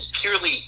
purely